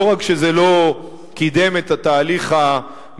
לא רק שזה לא קידם את התהליך המדיני,